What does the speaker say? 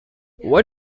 what